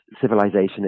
civilization